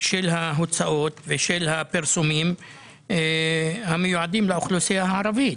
של ההוצאות ושל הפרסומים המיועדים לאוכלוסייה הערבית.